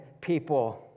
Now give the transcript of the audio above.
people